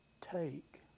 take